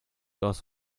aus